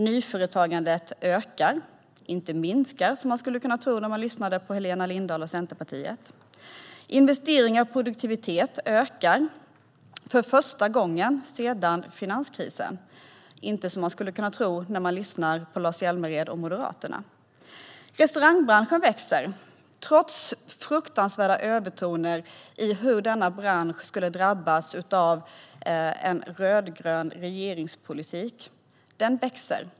Nyföretagandet ökar, inte minskar som man skulle kunna tro när man lyssnade på Helena Lindahl och Centerpartiet. Investeringar i produktivitet ökar för första gången sedan finanskrisen. Det skulle man inte kunna tro när man lyssnar på Lars Hjälmered och Moderaterna. Restaurangbranschen växer trots fruktansvärda övertoner om hur denna bransch skulle drabbas av en rödgrön regeringspolitik.